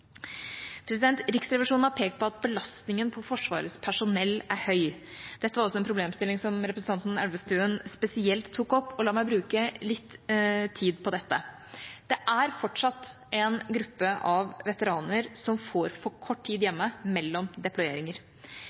lettere. Riksrevisjonen har pekt på at belastningen på Forsvarets personell er høy. Dette var også en problemstilling som representanten Elvestuen spesielt tok opp. La meg bruke litt tid på dette: Det er fortsatt en gruppe av veteraner som får for kort tid hjemme mellom deployeringer.